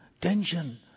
tension